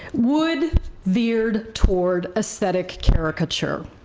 wood veered toward aesthetic caricature.